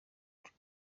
dream